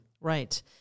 Right